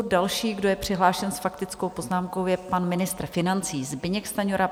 Další, kdo je přihlášen s faktickou poznámkou, je pan ministr financí Zbyněk Stanjura.